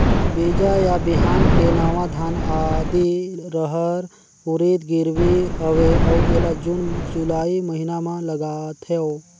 बीजा या बिहान के नवा धान, आदी, रहर, उरीद गिरवी हवे अउ एला जून जुलाई महीना म लगाथेव?